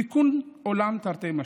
תיקון עולם תרתי משמע,